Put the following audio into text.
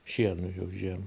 šienui jau žiemą